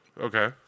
okay